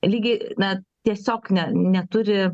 lyg na tiesiog ne neturi